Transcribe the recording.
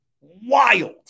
wild